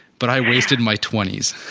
but i wasted my twenty s,